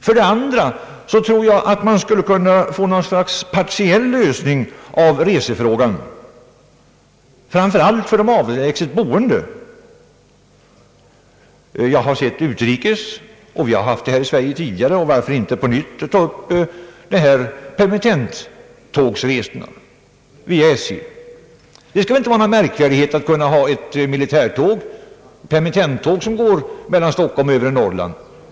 För det andra anser jag att man borde kunna få något slags partiell lösning av reseproblemet, framför allt för de avlägset boende. Jag vet att saken har ordnats i utlandet och även ordnats i Sverige tidigare, och varför skulle man inte på nytt kunna ordna permittenttågresor genom SJ. Det behöver inte vara några märkvärdigheter att ordna permittenttåg som går mellan Stockholm och övre Norrland.